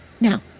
Now